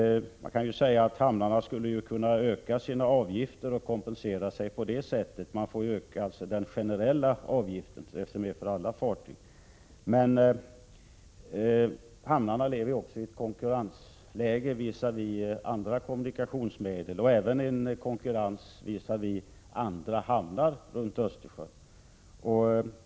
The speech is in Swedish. Man skulle kunna säga att hamnarna kunde öka sina avgifter och kompensera sig på det sättet. Man kan ju öka den generella avgiften för alla fartyg. Men hamnarna befinner sig i ett konkurrensläge visavi andra kommunikationsmedel och även visavi andra hamnar runt Östersjön.